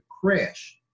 crash